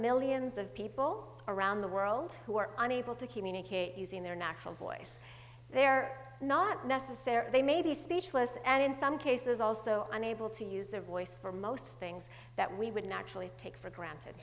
millions of people around the world who are unable to communicate using their natural voice they're not necessarily they may be speechless and in some cases also unable to use their voice for most things that we would naturally take for granted